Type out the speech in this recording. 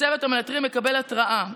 צוות המאתרים מקבל התראה.